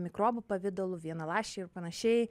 mikrobų pavidalu vienaląsčiai ir panašiai